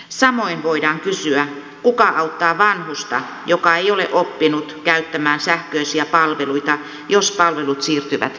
samoin voidaan kysyä kuka auttaa vanhusta joka ei ole oppinut käyttämään sähköisiä palveluita jos palvelut siirtyvät kokonaan verkkoon